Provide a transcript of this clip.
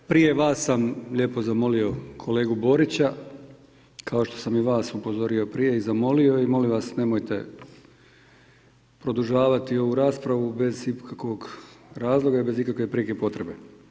Prije vas sam lijepo zamolio kolegu Borića, kao što sam i vas upozorio prije i zamolio i molim vas, nemojte produžavati ovu raspravu, bez ikakvog razloga i bez ikakvog prijeke potrebe.